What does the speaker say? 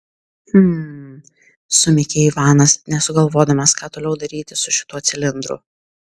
hm sumykė ivanas nesugalvodamas ką toliau daryti su šituo cilindru